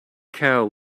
cow